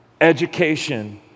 Education